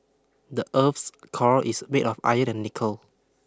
the earth's core is made of iron and nickel